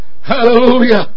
Hallelujah